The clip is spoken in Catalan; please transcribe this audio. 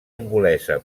angolesa